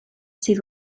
sydd